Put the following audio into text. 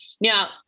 Now